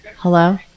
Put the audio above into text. Hello